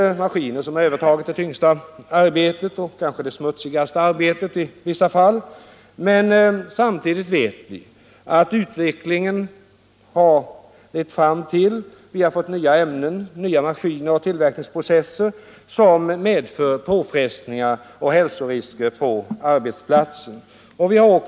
Maskiner har övertagit det tyngsta arbetet och kanske i vissa fall det smutsigaste arbetet. Men samtidigt har utvecklingen lett fram till att vi har fått nya ämnen, nya maskiner och tillverkningsprocesser som medför påfrestningar och hälsorisker på arbetsplatserna.